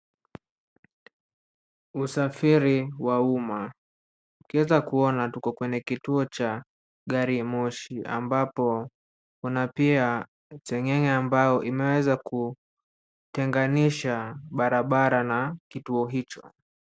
Usafiri wa umma, ukieza kuona tuko kwenye kituo cha gari ya moshi ambapo kuna pia seng'eng'e ambao imeweza kuteganisha barabara na kituo hicho.